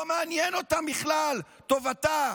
לא מעניין אותם בכלל טובתה,